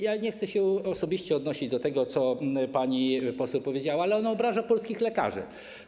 Ja nie chcę się osobiście odnosić do tego, co pani poseł powiedziała, ale ona obraża polskich lekarzy.